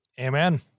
Amen